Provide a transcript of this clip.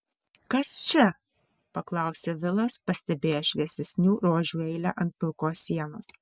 kas čia paklausė vilas pastebėjęs šviesesnių ruožų eilę ant pilkos sienos